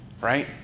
Right